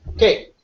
Okay